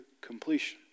completion